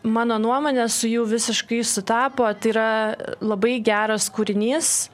mano nuomone su jų visiškai sutapo tai yra labai geras kūrinys